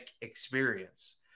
experience